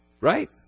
Right